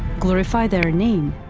glorifying their name,